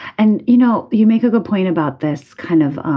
and you know you make a good point about this kind of um